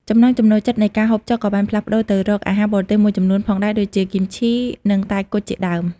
ចំណង់ចំណូលចិត្តនៃការហូបចុកក៏បានផ្លាស់ប្តូរទៅរកអាហារបរទេសមួយចំនួនផងដែរដូចជា គីមឈី និងតែគុជជាដើម។